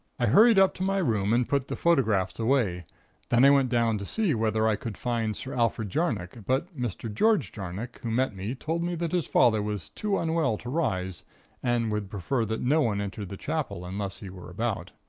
i hurried up to my room and put the photographs away then i went down to see whether i could find sir alfred jarnock but mr. george jarnock, who met me, told me that his father was too unwell to rise and would prefer that no one entered the chapel unless he were about.